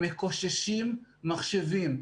הם מקוששים מחשבים.